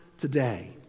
today